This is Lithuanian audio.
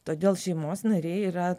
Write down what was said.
todėl šeimos nariai yra